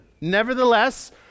Nevertheless